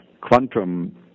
quantum